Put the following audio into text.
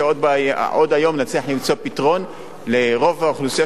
שעוד היום נצליח למצוא פתרון לרוב האוכלוסייה,